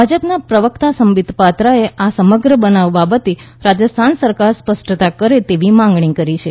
ભાજપના પ્રવક્તા સંબીત પાત્રાએ આ સમગ્ર બનાવ બાબતે રાજસ્થાન સરકા સ્પષ્ટતા કરે તેવી માંગણી કરી છે